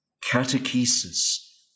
catechesis